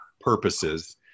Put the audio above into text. purposes